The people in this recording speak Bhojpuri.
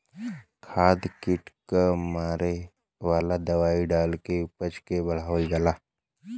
खाद कीट क मारे वाला दवाई डाल के उपज के बढ़ावल जाला